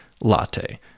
latte